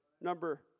number